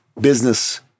Business